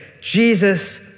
Jesus